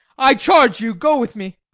i charge you, go with me.